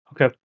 Okay